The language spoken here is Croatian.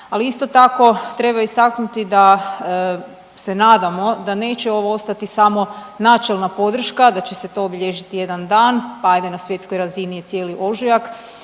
ali isto tako treba istaknuti da se nadamo da neće ovo ostati samo načelna podrška, da će se to obilježiti jedan dan pa hajde na svjetskoj razini je cijeli ožujak